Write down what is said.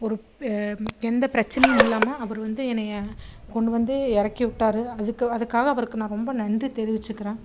ஒரு எந்த பிரச்சினையும் இல்லாமல் அவரு வந்து என்னைய கொண்டு வந்து இறக்கி விட்டாரு அதுக்கு அதுக்காக அவருக்கு நான் ரொம்ப நன்றி தெரிவிச்சுக்கிறேன்